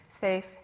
safe